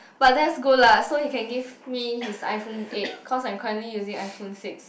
but that's good lah so he can give me his iPhone eight cause I'm currently using iPhone six